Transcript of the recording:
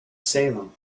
salem